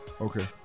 Okay